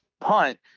punt